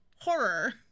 horror